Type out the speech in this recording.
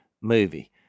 movie